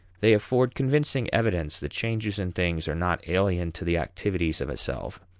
they afford convincing evidence that changes in things are not alien to the activities of a self,